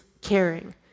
caring